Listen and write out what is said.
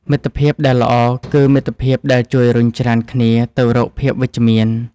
មិត្តភាពដែលល្អគឺមិត្តភាពដែលជួយរុញច្រានគ្នាទៅរកភាពវិជ្ជមាន។